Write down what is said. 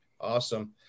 Awesome